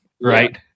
right